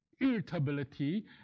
irritability